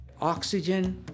Oxygen